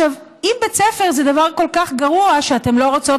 אם בית ספר זה דבר כל כך גרוע שאתם לא רוצות